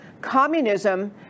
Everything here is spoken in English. Communism